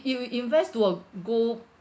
if you invest to a gold